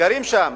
גרים שם,